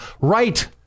right